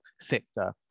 sector